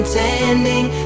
Intending